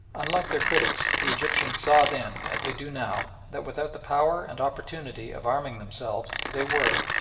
unlike their critics, the egyptians saw then, as they do now, that without the power and opportunity of arming themselves they were,